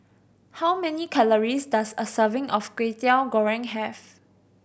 how many calories does a serving of Kwetiau Goreng have